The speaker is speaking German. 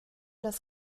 das